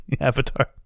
Avatar